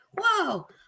whoa